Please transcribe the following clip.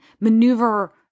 maneuver